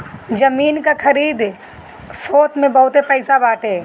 जमीन कअ खरीद फोक्त में बहुते पईसा बाटे